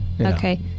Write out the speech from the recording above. okay